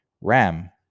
Ram